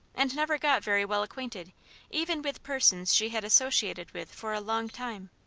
and never got very well acquainted even with persons she had associated with for a long time.